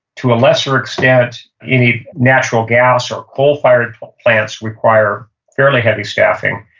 to a lesser extent you need natural gas or coal-fired plants require very heavy staffing,